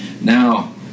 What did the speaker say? Now